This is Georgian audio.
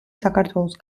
საქართველოს